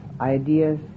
ideas